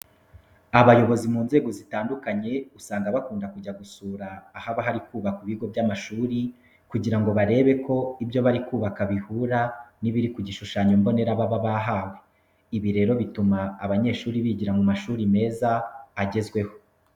Abayobozi mu nzego zitandukanye usanga bakunda kujya gusura ahaba hari kubakwa ibigo by'amashuri kugira ngo barebe ko ibyo bari kubaka bihura n'ibiri ku gishushano mbonera baba bahawe. Ibi rero bituma abanyeshuri bigira mu mashuri meza agezweho.